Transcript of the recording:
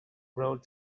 road